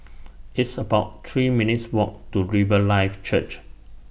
It's about three minutes' Walk to Riverlife Church